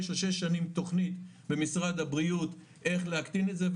ושש שנים תכנית במשרד הבריאות איך להקטין את זה,